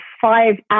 five